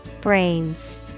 Brains